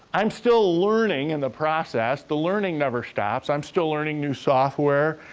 i'm still learning in the process. the learning never stops. i'm still learning new software.